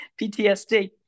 PTSD